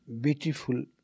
beautiful